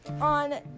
on